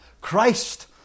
Christ